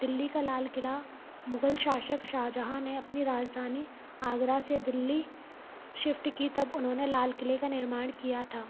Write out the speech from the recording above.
दिल्ली का लाल किला मुगल शासक शाहजहां ने अपनी राजधानी आगरा से दिल्ली शिफ्ट की तब उन्होंने लाल किले का निर्माण किया था